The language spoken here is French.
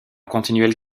continuelle